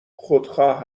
خودخواه